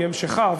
היא המשכה,